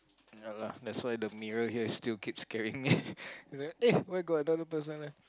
ya lah that's why the mirror here is still keep scaring me eh why got another person there